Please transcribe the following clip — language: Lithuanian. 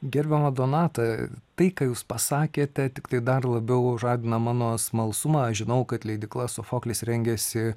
gerbiama donata tai ką jūs pasakėte tiktai dar labiau žadina mano smalsumą aš žinau kad leidykla sofoklis rengiasi